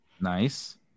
Nice